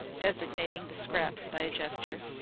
designating the scraps by a gesture.